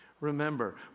Remember